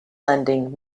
lending